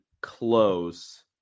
close